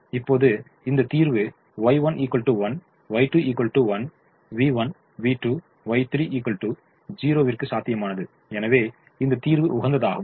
இப்போது இந்த தீர்வு Y1 1 Y2 1v1 v2Y3 0 சாத்தியமானது எனவே இந்த தீர்வு உகந்ததாகும்